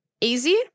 easy